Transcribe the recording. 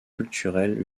culturels